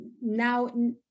now